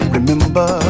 Remember